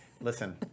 Listen